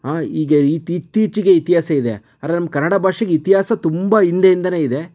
ಆಂ ಈಗ ಇತ್ತು ಇತ್ತೀಚೆಗೆ ಇತಿಹಾಸ ಇದೆ ಆದರೆ ನಮ್ಮ ಕನ್ನಡ ಭಾಷೆಗೆ ಇತಿಹಾಸ ತುಂಬ ಹಿಂದೆಯಿಂದನೇ ಇದೆ